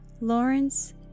Lawrence